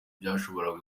byashoboraga